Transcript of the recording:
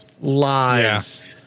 lies